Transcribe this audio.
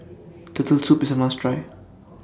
Turtle Soup IS A must Try